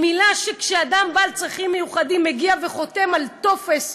היא מילה שכשאדם עם צרכים מיוחדים מגיע וחותם על טופס,